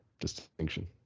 distinction